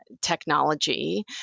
technology